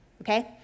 okay